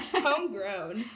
homegrown